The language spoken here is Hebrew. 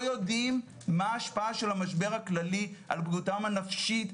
לא יודעים מה ההשפעה של המשבר הכללי על בריאותם הנפשית.